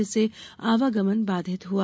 जिससे आवागमन बाधित हुआ